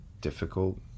difficult